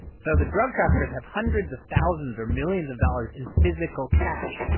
so the drug traffickers have hundreds of thousands or millions of dollars in physical cash.